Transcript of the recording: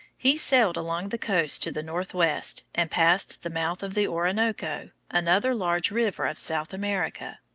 he sailed along the coast to the northwest, and passed the mouth of the orinoco, another large river of south america.